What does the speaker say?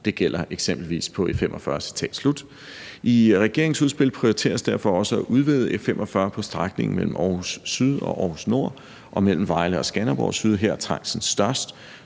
Det gælder eksempelvis på E45«. I regeringens udspil prioriteres derfor også at udvide E45 på strækningen mellem Aarhus Syd og Aarhus Nord og mellem Vejle og Skanderborg Syd, for her er trængslen størst.